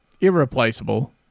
irreplaceable